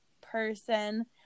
person